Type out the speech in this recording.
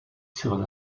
sur